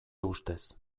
ustez